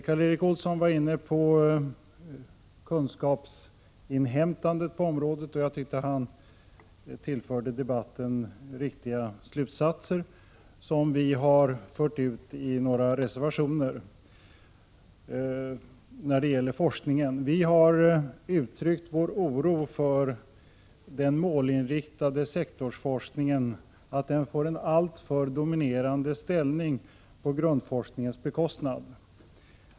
Karl Erik Olsson var inne på kunskapsinhämtande på området, och han tillförde debatten en del riktiga slutsatser, som vi har fört ut i några reservationer när det gäller forskningen. Vi har uttryckt vår oro för att den målinriktade sektorsforskningen får en alltför dominerade ställning på grundforskningens bekostnad.